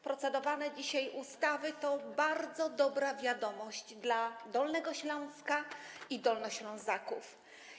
Procedowane dzisiaj ustawy to bardzo dobra wiadomość dla Dolnego Śląska i Dolnoślązaków.